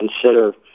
consider